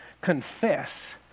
confess